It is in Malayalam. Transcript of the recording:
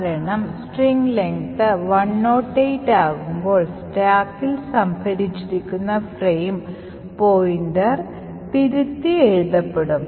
കാരണം string length 108 ആകുമ്പോൾ സ്റ്റാക്കിൽ സംഭരിച്ചിരിക്കുന്ന ഫ്രെയിം പോയിന്റർ തിരുത്തിയെഴുതപ്പെടും